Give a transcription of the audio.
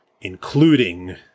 including